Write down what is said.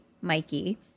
Mikey